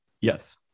Yes